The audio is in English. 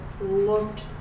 looked